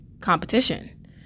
competition